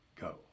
go